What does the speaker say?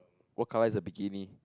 what color is the bikini